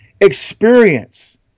experience